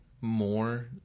more